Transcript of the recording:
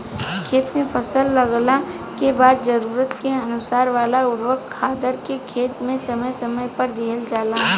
खेत में फसल के लागला के बाद जरूरत के अनुसार वाला उर्वरक खादर खेत में समय समय पर दिहल जाला